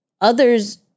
Others